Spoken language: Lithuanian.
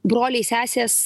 broliai sesės